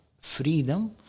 freedom